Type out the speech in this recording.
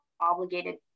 obligated